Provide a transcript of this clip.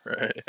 right